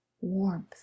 warmth